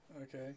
Okay